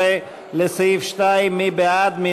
12 לסעיף 2. מי בעד ההסתייגות?